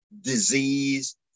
disease